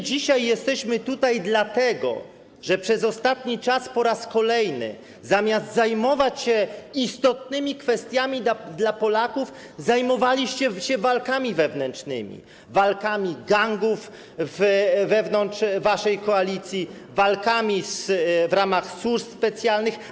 Dzisiaj jesteśmy tutaj, dlatego że przez ostatni czas po raz kolejny zamiast zajmować się istotnymi dla Polaków kwestiami, zajmowaliście się walkami wewnętrznymi, walkami gangów wewnątrz waszej koalicji, walkami w ramach służb specjalnych.